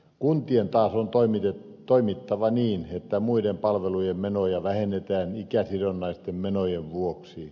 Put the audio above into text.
kuntien taas on toimittava niin että muiden palvelujen menoja vähennetään ikäsidonnaisten menojen vuoksi